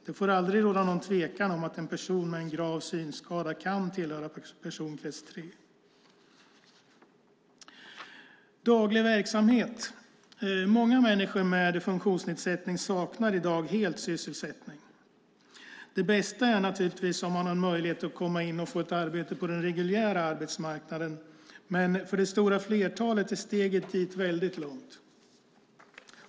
Det får aldrig råda någon tvekan om att en person med grav synskada kan tillhöra personkrets 3. Nästa område är daglig verksamhet. Många människor med funktionsnedsättning saknar i dag helt sysselsättning. Det bästa är naturligtvis om man har möjlighet att komma in och få ett arbete på den reguljära arbetsmarknaden, men för det stora flertalet är steget dit väldigt långt.